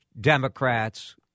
Democrats